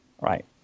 right